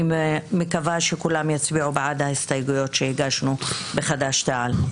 אני מקווה שכולם יצביעו בעד ההסתייגות שהגשנו בחד"ש-תע"ל.